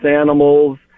animals